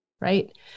right